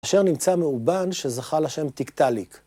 כאשר נמצא מאובן שזכה לשם טיקטליק.